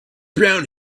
brown